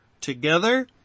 together